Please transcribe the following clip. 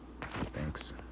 Thanks